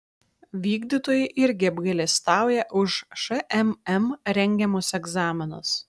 vykdytojai irgi apgailestauja už šmm rengiamus egzaminus